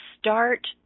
start